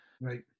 right